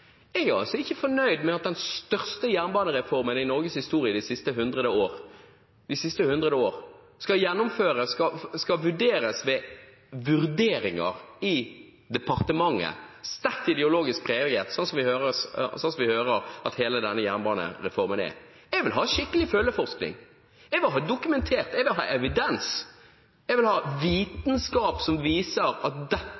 jeg er ikke fornøyd med at den største jernbanereformen i Norges historie de siste 100 år skal vurderes ved vurderinger i departementet – sterkt ideologisk preget – slik vi hører at hele denne jernbanereformen er. Jeg vil ha skikkelig følgeforskning. Jeg vil ha det dokumentert. Jeg vil ha evidens. Jeg vil ha vitenskap som viser at